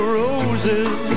roses